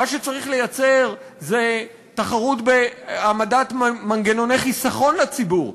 מה שצריך לייצר זה תחרות בהעמדת מנגנוני חיסכון לציבור,